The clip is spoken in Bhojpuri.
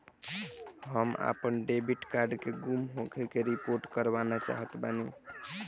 हम आपन डेबिट कार्ड के गुम होखे के रिपोर्ट करवाना चाहत बानी